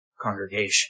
congregation